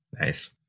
Nice